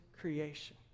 creation